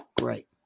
great